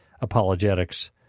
Apologetics